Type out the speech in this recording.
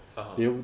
(uh huh)